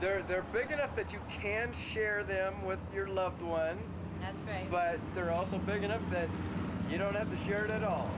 there they're big enough that you can share them with your loved ones but they're also big enough that you don't have a shared at all